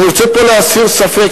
אני רוצה להסיר פה ספק.